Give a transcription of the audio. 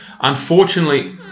Unfortunately